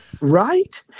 Right